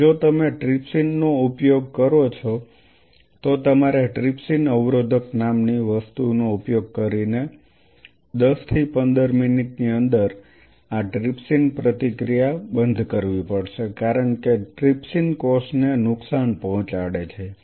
અને જો તમે ટ્રિપ્સિન નો ઉપયોગ કરો છો તો તમારે ટ્રિપ્સિન અવરોધક નામની વસ્તુનો ઉપયોગ કરીને 10 થી 15 મિનિટની અંદર આ ટ્રિપ્સિન પ્રતિક્રિયા બંધ કરવી પડશે કારણ કે ટ્રિપ્સિન કોષને નુકસાન પહોંચાડે છે